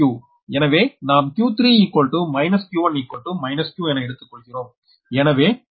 எனவே நாம் q3 q1 q என எடுத்துக்கொள்கிறோம்